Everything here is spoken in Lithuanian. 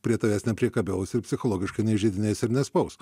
prie tavęs nepriekabiaus ir psichologiškai neįžeidinės ir nespaus